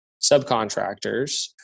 subcontractors